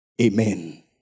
amen